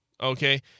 okay